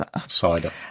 Cider